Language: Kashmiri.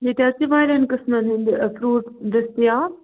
ییٚتہِ حظ چھِ واریاہَن قٕسمَن ہٕنٛدۍ فرٛوٗٹٕس دٔستیاب